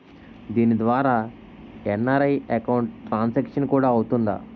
దీని ద్వారా NRI account transaction కూడా అవుతుందా?